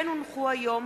כן הונחו היום